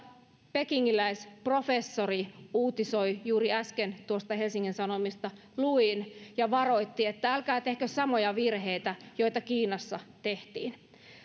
pekingiläisprofessori uutisoi juuri äsken helsingin sanomista luin ja varoitti että älkää tehkö samoja virheitä joita kiinassa tehtiin